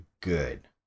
good